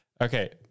okay